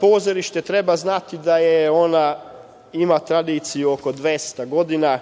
pozorište treba znati da ono ima tradiciju oko 200 godina.